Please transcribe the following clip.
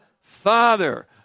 Father